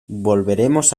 volveremos